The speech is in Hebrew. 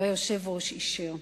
והיושב-ראש אישר,